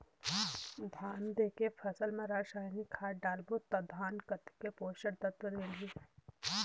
धान देंके फसल मा रसायनिक खाद डालबो ता धान कतेक पोषक तत्व मिलही?